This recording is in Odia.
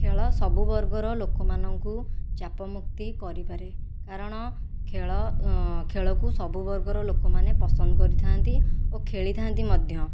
ଖେଳ ସବୁ ବର୍ଗର ଲୋକମାନଙ୍କୁ ଚାପମୁକ୍ତ କରିପାରେ କାରଣ ଖେଳ ଖେଳକୁ ସବୁ ବର୍ଗର ଲୋକମାନେ ପସନ୍ଦ କରିଥାନ୍ତି ଓ ଖେଳିଥାନ୍ତି ମଧ୍ୟ